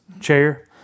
chair